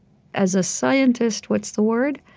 as a scientist, what's the word?